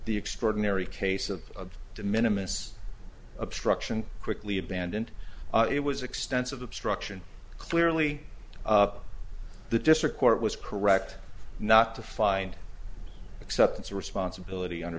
the extraordinary case of de minimus obstruction quickly abandoned it was extensive obstruction clearly the district court was correct not to find acceptance of responsibility under